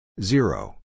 Zero